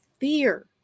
fear